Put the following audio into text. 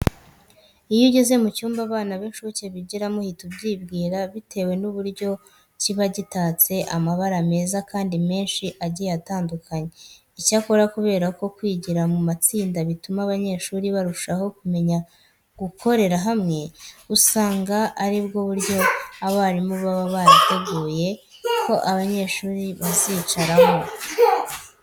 Iyo ugeze mu cyumba abana b'incuke bigiramo uhita ibyibwira bitewe n'uburyo kiba gitatse amabara meza kandi menshi agiye atandukanye. Icyakora kubera ko kwigira mu matsinda bituma abanyeshuri barushaho kumenya gukorera hamwe, usanga ari bwo buryo abarimu baba barateguye ko abanyeshuri bazicaramo.